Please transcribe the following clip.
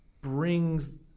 brings